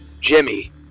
Jimmy